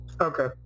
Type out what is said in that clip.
Okay